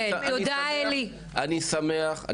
אני שמח.